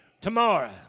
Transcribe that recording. tomorrow